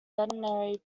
veterinary